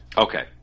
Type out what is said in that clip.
Okay